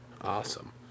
Awesome